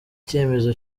icyemezo